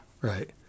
Right